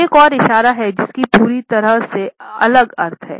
एक और इशारा है जिसका पूरी तरह से अलग अर्थ है